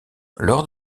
lors